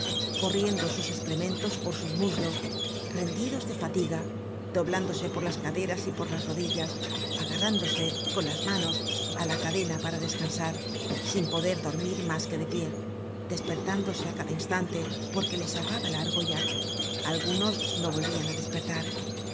corriendo sus escrementos por sus muslos rendidos de fatiga doblándose por las caderas y por las rodillas agarrándose con las manos á la cadena para descansar sin poder dormir mas que de pie despertándose á cada instante porque les ahogaba la argolla algunos no volvian á despertar